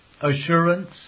Assurance